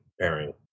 pairing